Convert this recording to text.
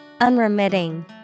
Unremitting